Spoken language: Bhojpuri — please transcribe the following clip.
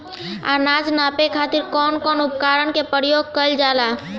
अनाज नापे खातीर कउन कउन उपकरण के प्रयोग कइल जाला?